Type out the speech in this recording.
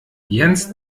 jens